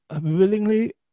willingly